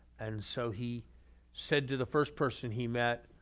and so he said to the first person he met,